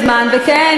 וכן,